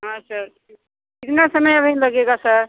हाँ सर कितना समय अभी लगेगा सर